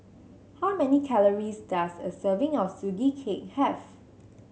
how many calories does a serving of Sugee Cake have